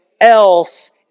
else